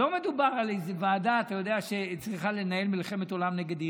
לא מדובר על איזו ועדה שצריכה לנהל מלחמת עולם נגד איראן.